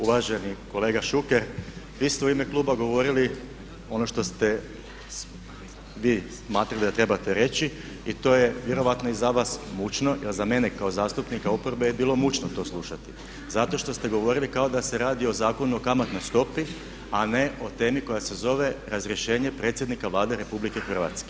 Uvaženi kolega Šuker, vi ste u ime kluba govorili ono što ste vi smatrali da trebate reći i to je vjerojatno i za vas mučno jer za mene kao zastupnika oporbe je bilo mučno to slušati zato što ste govorili kao da se radi o Zakonu o kamatnoj stopi a ne o temi koja se zove razrješenje predsjednika Vlade RH.